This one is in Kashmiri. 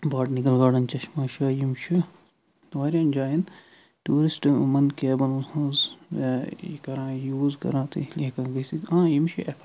باٹنِکَل گارڑَن چشمہٕ شاہی یم چھِ واریاہَن جاین ٹیٛوٗرِسٹہٕ یِمن کیبَن مَنٛز ہُنٛز یہِ کَران یوٗز کَران تٔتھۍ ہٮ۪کان گٔژھِتھ آ یِم چھِ ایٚفٲڈیبُل